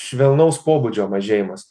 švelnaus pobūdžio mažėjimas